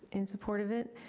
in support of it.